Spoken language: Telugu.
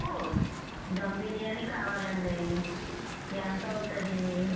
దమ్ బిర్యానీ కావాలండి ఎంత అవుతుంది